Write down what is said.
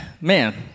Man